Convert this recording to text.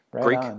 greek